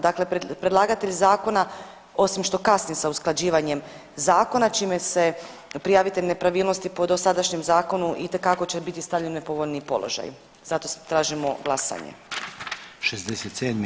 Dakle, predlagatelj zakona osim što kasni sa usklađivanjem zakona čime se prijavitelj nepravilnosti po dosadašnjem zakonu itekako će biti stavljen u nepovoljniji položaj, zato tražimo glasanje.